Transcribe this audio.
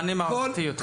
מענה מערכתי יותר.